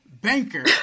Banker